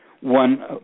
one